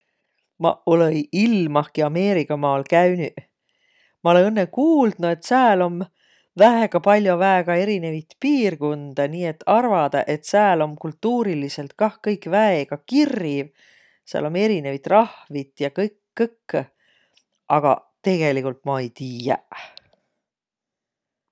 Maq olõ-õi ilmahki Ameerigamaal käünüq. Ma olõ õnnõ kuuldnuq, et sääl om väega pall'o väega erinevit piirkundõ, nii et arvadaq, et sääl om kultuurilidsõlt kah kõik väega kirriv, sääl om erinevit rahvit ja kõik- kõkkõ, aga tegeligult ma ei tiiäq.